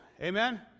Amen